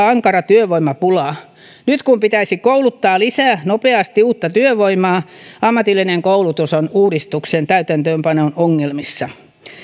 ankara työvoimapula nyt kun pitäisi kouluttaa lisää nopeasti uutta työvoimaa ammatillinen koulutus on uudistuksen täytäntöönpanon ongelmissa